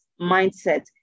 mindset